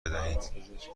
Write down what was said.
بدهید